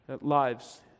lives